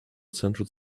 central